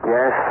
Yes